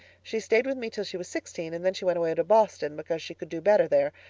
she stayed with me till she was sixteen and then she went away to boston, because she could do better there.